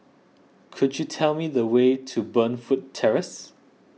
could you tell me the way to Burnfoot Terrace